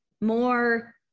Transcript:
more